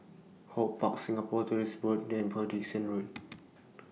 HortPark Singapore Tourism Board and Upper Dickson Road